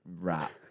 rap